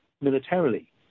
militarily